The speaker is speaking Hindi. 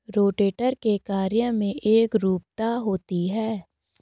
रोटेटर के कार्य में एकरूपता होती है